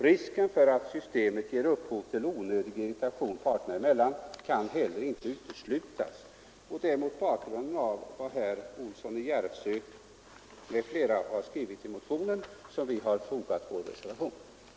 Risken för att systemet ger upphov til onödig irritation parterna emellan kan heller inte uteslutas.” Det är alltså mot bakgrund av vad herr Olsson i Järvsö m.fl. har skrivit i motionen som vi har fogat vår reservation till betänkandet.